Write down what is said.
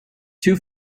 two